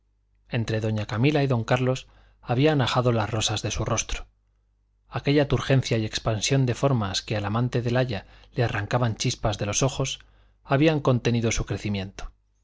entre doña camila y don carlos habían ajado las rosas de su rostro aquella turgencia y expansión de formas que al amante del aya le arrancaban chispas de los ojos habían contenido su crecimiento